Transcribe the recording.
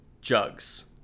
jugs